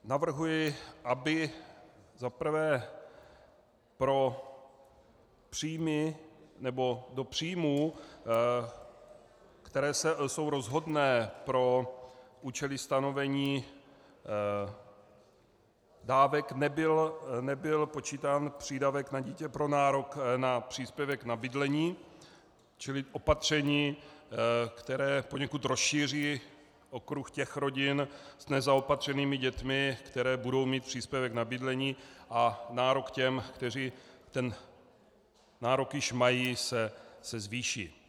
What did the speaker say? Navrhuji, aby za prvé do příjmů, které jsou rozhodné pro účely stanovení dávek, nebyl počítán přídavek na dítě pro nárok na příspěvek na bydlení, čili opatření, které poněkud rozšíří okruh těch rodin s nezaopatřenými dětmi, které budou mít příspěvek na bydlení, a nárok těm, kteří ten nárok již mají, se zvýší.